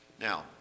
Now